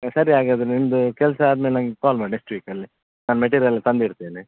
ಸರಿ ಹಾಗಾದರೆ ನಿಮ್ಮದು ಕೆಲಸ ಆದ ಮೇಲೆ ನನಗೆ ಕಾಲ್ ಮಾಡಿ ನೆಕ್ಸ್ಟ್ ವೀಕಲ್ಲಿ ನಾನು ಮೆಟೀರಿಯಲ್ ತಂದಿಡ್ತೇನೆ